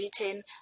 written